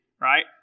right